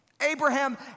Abraham